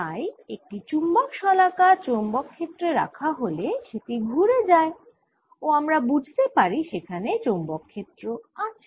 তাই একটি চুম্বক শলাকা চৌম্বক ক্ষেত্রে রাখা হলে সেটি ঘুরে যায় ও আমরা বুঝতে পারি সেখানে চৌম্বক ক্ষেত্র আছে